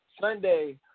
Sunday